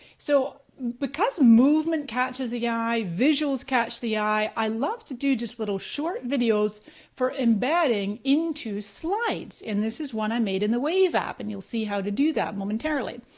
so because movement catches the eye, visuals catch the eye, i love to do just little short videos for embedding into slides and this is one i made in the wave app and you'll see how to do that momentarily.